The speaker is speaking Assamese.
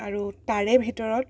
আৰু তাৰে ভিতৰত